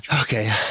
Okay